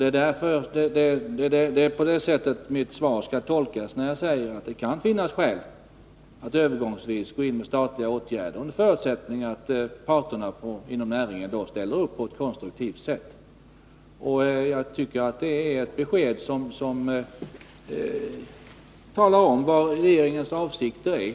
Det är på det sättet man skall tolka mitt svar att det kan finnas skäl för oss att Övergångsvis sätta in statliga åtgärder, under förutsättning att parterna inom näringen ställer upp på ett konstruktivt sätt. Jag tycker att detta besked visar vilka regeringens avsikter är.